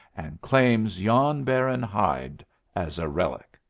and claims yon barren hide as a relic.